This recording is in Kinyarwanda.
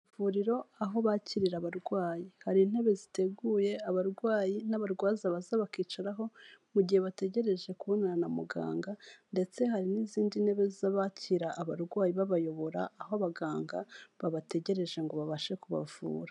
Ivuriro aho bakirira abarwayi, hari intebe ziteguye abarwayi n'abarwaza baza bakicaraho mu gihe bategereje kubonana na muganga ndetse hari n'izindi ntebe zabakira abarwayi babayobora aho abaganga babategereje ngo babashe kubavura.